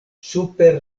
super